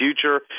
future